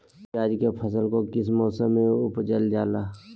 प्याज के फसल को किस मौसम में उपजल जाला?